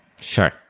Sure